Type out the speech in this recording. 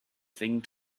thing